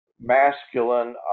masculine